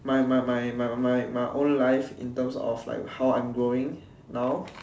my my my my my my my own life in terms of like how I am going now